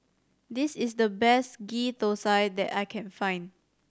this is the best Ghee Thosai that I can find